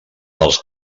els